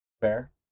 Fair